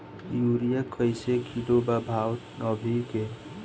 Urea कइसे kilo बा भाव अभी के?